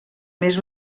més